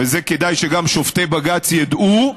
ואת זה כדאי שגם שופטי בג"ץ ידעו,